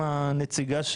של